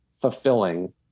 fulfilling